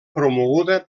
promoguda